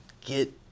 get